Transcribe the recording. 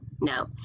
No